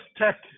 tech